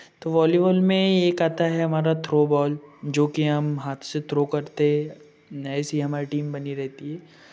तो वॉलीबॉल में एक आता है हमारा थ्रो बॉल जो कि हम हाथ से थ्रो करते हैं ऐसी हमारी टीम बनी रहती है